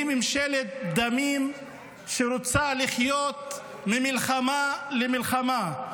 היא ממשלת דמים שרוצה לחיות ממלחמה למלחמה.